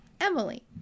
Emily